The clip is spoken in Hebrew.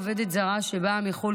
עובדת זרה שבאה מחו"ל,